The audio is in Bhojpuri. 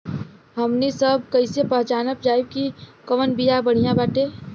हमनी सभ कईसे पहचानब जाइब की कवन बिया बढ़ियां बाटे?